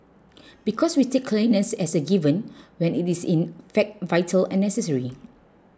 because we take cleanliness as a given when it is in fact vital and necessary